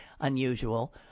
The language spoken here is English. unusual